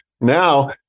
Now